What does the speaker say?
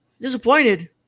Disappointed